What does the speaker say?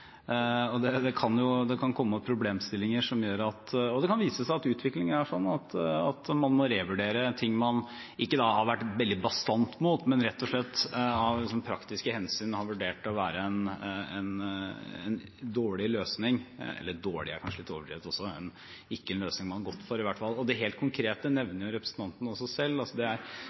Det kan komme opp problemstillinger, og det kan vise seg at utviklingen er sånn at man må revurdere ting man kanskje ikke har vært veldig bastant mot, men som man rett og slett av praktiske hensyn har vurdert å være en dårlig løsning. «Dårlig» er kanskje litt overdrevet, men ikke en løsning man ville gått for, i hvert fall. Det helt konkrete nevner jo representanten også selv. Det